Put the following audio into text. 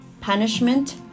Punishment